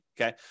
Okay